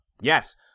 Yes